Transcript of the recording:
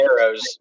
arrows